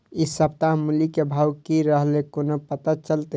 इ सप्ताह मूली के भाव की रहले कोना पता चलते?